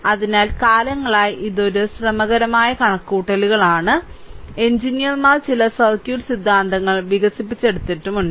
അതിനാൽ കാലങ്ങളായി ഇത് ഒരു ശ്രമകരമായ കണക്കുകൂട്ടലാണ് അതിനാൽ എഞ്ചിനീയർമാർ ചില സർക്യൂട്ട് സിദ്ധാന്തങ്ങൾ വികസിപ്പിച്ചെടുത്തിട്ടുണ്ട്